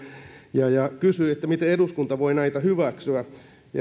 ja ja kysyi miten eduskunta voi näitä hyväksyä ja että